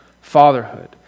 fatherhood